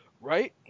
Right